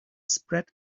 spread